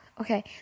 okay